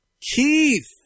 Keith